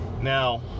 Now